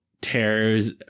tears